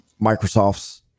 Microsoft's